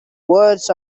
words